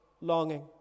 longing